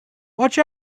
watch